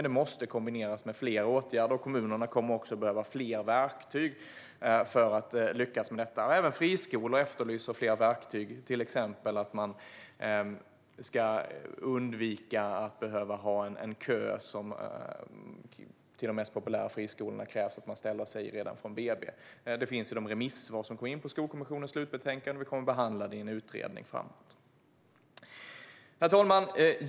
Det måste dock kombineras med fler åtgärder, och kommunerna kommer också att behöva fler verktyg för att lyckas med detta. Även friskolor efterlyser fler verktyg, till exempel att man inte ska behöva ha en kö. När det gäller de mest populära friskolorna krävs att de sökande har stått i kö redan från BB. Detta finns i de remissvar som kom in på Skolkommissionens slutbetänkande, och vi kommer att behandla det i en utredning framöver. Herr talman!